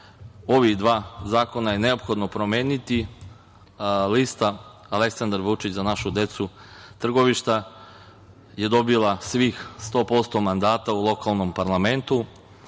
ova dva zakona neophodno promeniti. Lista Aleksandar Vučić – Za našu decu Trgovišta je dobila svih 100% mandata u lokalnom parlamentu